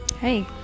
Hey